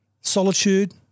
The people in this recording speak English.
solitude